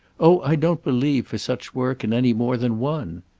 oh i don't believe, for such work, in any more than one!